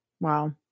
Wow